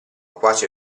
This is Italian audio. quasi